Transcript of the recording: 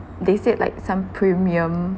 they said like some premium